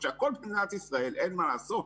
כשהכול במדינת ישראל, אין מה לעשות.